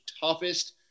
toughest